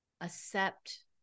accept